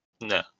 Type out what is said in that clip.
No